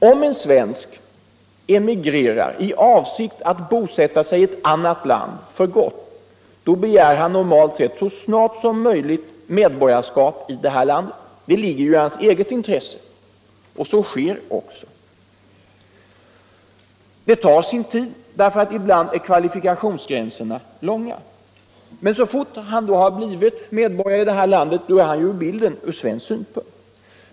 Om en svensk emigrerar i avsikt att bosätta sig för gott i ett annat land, begär han normalt sett så snart som möjligt medborgarskap i det landet. Det ligger i hans eget intresse, Det tar sin tid, därför att ibland är kvalifikationsgränserna långa. Så fort han har blivit medborgare i det nya landet är han ur bilden från svensk synpunkt.